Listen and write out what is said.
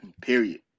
period